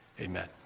Amen